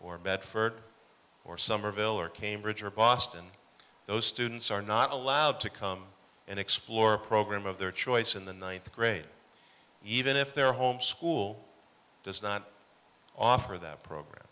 or bedford or somerville or cambridge or boston those students are not allowed to come and explore a program of their choice in the ninth grade even if their home school does not offer that program